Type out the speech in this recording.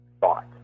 thought